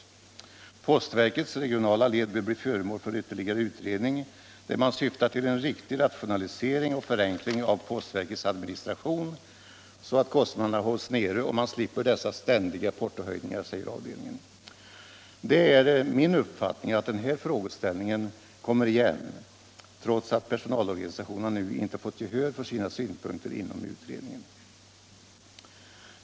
Avdelningen säger vidare att postverkets regionala led bör bli föremål för ytter = Ny organisation för ligare utredning, där man syftar till en riktig rationalisering och förenkling — postverket av postverkets administration så att kostnaderna hålls nere och man slipper dessa ständiga portohöjningar. Det är min uppfattning att denna frågeställning kommer igen, trots att personalorganisationerna nu inte fått gehör för sina synpunkter inom utredningen.